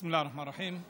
בסם אללה א-רחמאן א-רחים.